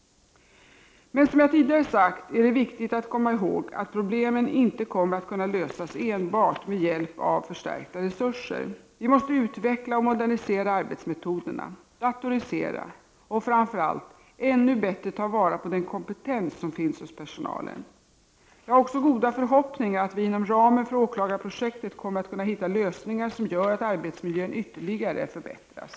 Men, som jag tidigare sagt, det är viktigt att komma ihåg att problemen inte kommer att kunna lösas enbart med hjälp av förstärkta resurser. Vi måste utveckla och modernisera arbetsmetoderna, datorisera och, framför allt, ännu bättre ta vara på den kompetens som finns hos personalen. Jag har också goda förhoppningar att vi inom ramen för åklagarprojektet kommer att kunna hitta lösningar som gör att arbetsmiljön ytterligare förbättras.